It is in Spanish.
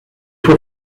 fue